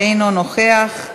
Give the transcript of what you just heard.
אינו נוכח,